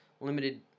limited